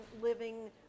living